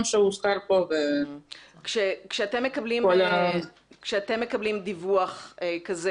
שהוזכר פה וכל ה- -- כשאתם מקבלים דיווח כזה